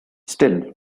still